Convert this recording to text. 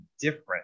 different